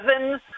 seven